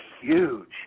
huge